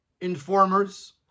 informers